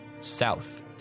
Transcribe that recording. South